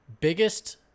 Biggest